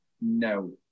No